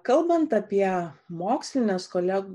kalbant apie mokslines kolegų